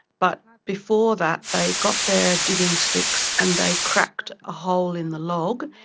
but before that they got their digging sticks and they cracked a hole in the log,